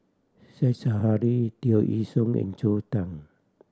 Said Zahari Tear Ee Soon and Joel Tan